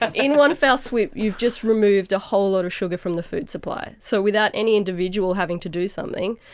ah in one fell swoop you've just removed a whole lot of sugar from the food supply. so without any individual having to do something,